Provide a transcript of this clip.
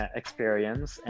experience